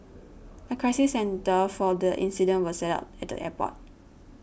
a crisis centre for the incident was set up at the airport